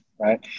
Right